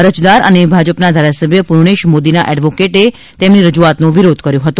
અરજદાર અને ભાજપના ધારાસભ્ય પૂર્ણેશ મોદીના એડવોકેટે તેમની રજૂઆતનો વિરોધ કર્યો હતો